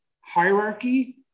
hierarchy